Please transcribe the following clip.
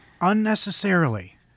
unnecessarily